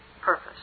purpose